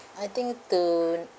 I think to